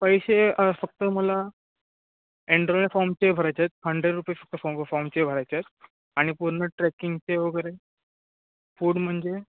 पैसे फक्त मला एड्राॅईड फॉर्मचे भरायचे आहेत हंड्रेड रुपीज फक्त फॉर्म फॉर्मचे भरायचे आहेत आणि पूर्ण ट्रेकिंगचे वगैरे फूड म्हणजे